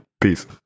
Peace